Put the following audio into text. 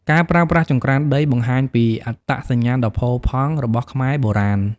ការប្រើប្រាស់ចង្រ្កានដីបង្ហាញពីអត្តសញ្ញាណដ៏ផូរផង់ របស់ខ្មែរបុរាណ។